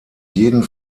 jeden